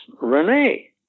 Renee